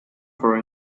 for